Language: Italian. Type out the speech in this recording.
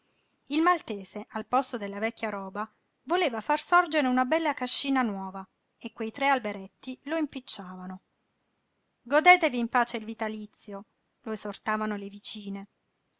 il maltese al posto della vecchia roba voleva far sorgere una bella cascina nuova e quei tre alberetti lo impicciavano godetevi in pace il vitalizio lo esortavano le vicine